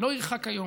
לא ירחק היום